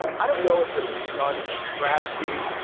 i don't know if it was done as strategy,